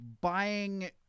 buying